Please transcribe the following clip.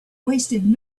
wasted